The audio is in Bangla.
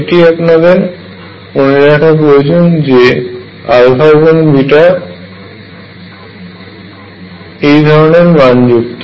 এটি আপনাদের মনে রাখা প্রয়োজন যে এবং এই ধরনের মান যুক্ত